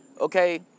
okay